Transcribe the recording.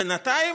בינתיים,